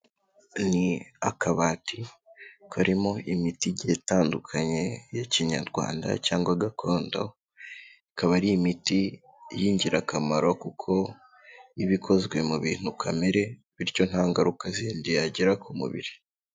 Ni akabati karimo imiti igiye itandukanye ya kinyarwanda cyangwa gakondo, ikaba ari imiti y'ingirakamaro kuko iba ikozwe mu bintu kamere, bityo nta ngaruka zindi yagira ku mubiri.